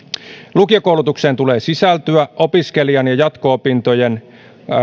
lukiokoulutukseen tulee sisältyä opiskelijan jatko opintojen